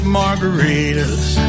margaritas